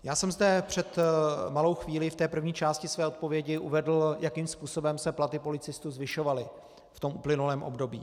Já jsem zde před malou chvílí v té první části své odpovědi uvedl, jakým způsobem se platy policistů zvyšovaly v uplynulém období.